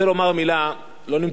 לא נמצאים פה אנשי קדימה,